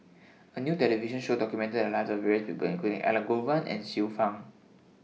A New television Show documented The Lives of various People including Elangovan and Xiu Fang